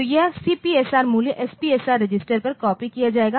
तो यह सीपीएसआर मूल्य एसपीएसआर रजिस्टर पर कॉपी किया जाएगा